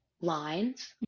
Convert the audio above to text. lines